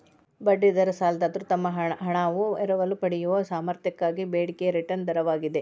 ಬಡ್ಡಿ ದರ ಸಾಲದಾತ್ರು ತಮ್ಮ ಹಣಾನ ಎರವಲು ಪಡೆಯಯೊ ಸಾಮರ್ಥ್ಯಕ್ಕಾಗಿ ಬೇಡಿಕೆಯ ರಿಟರ್ನ್ ದರವಾಗಿದೆ